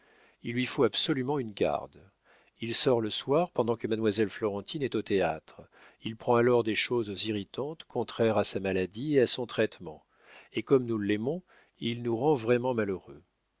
il lui faut absolument une garde il sort le soir pendant que mademoiselle florentine est au théâtre il prend alors des choses irritantes contraires à sa maladie et à son traitement et comme nous l'aimons il nous rend vraiment malheureux